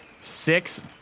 Six